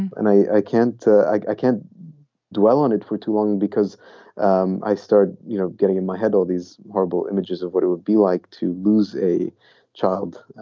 and i can't i can't dwell on it for too long because um i started you know getting in my head all these horrible images of what it would be like to lose a child,